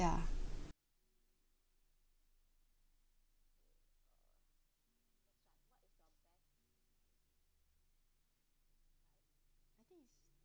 ya